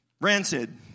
rancid